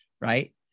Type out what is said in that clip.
right